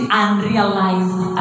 unrealized